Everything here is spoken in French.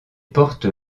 porte